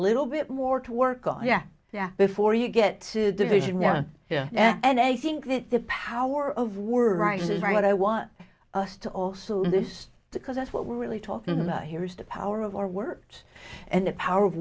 little bit more to work on yeah yeah before you get to division now and i think that the power of word rice's right i want us to also this because that's what we're really talking about here is the power of our words and the power of